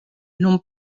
non